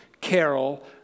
carol